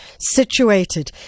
situated